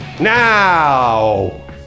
Now